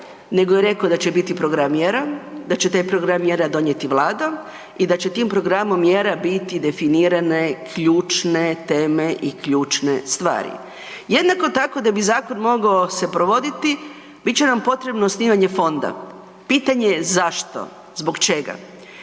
nego je reko da će biti program mjera, da će taj program mjera donijeti Vlada i da će tim programom mjera biti definirane ključne teme i ključne stvari. Jednako tako da bi zakon mogao se provoditi, bit će nam potrebno osnivanje fonda. Pitanje je zašto? Zbog čega?